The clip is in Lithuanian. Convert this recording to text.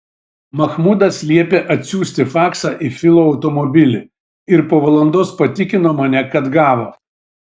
mahmudas liepė atsiųsti faksą į filo automobilį ir po valandos patikino mane kad gavo